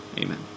Amen